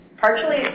partially